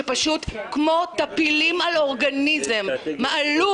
שפשוט כמו טפילים על אורגניזם מעלו